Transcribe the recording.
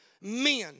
men